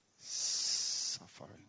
suffering